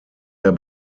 der